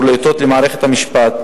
לדאבוני,